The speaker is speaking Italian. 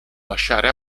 lasciare